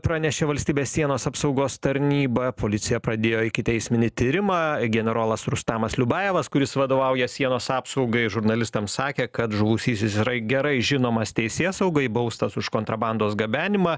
pranešė valstybės sienos apsaugos tarnyba policija pradėjo ikiteisminį tyrimą generolas rustamas liubajevas kuris vadovauja sienos apsaugai žurnalistams sakė kad žuvusysis yra gerai žinomas teisėsaugai baustas už kontrabandos gabenimą